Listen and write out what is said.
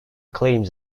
claims